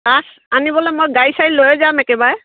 কাঠ আনিবলে মই গাড়ী চড়ী লৈ যাম একেবাৰে